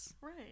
Right